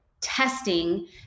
testing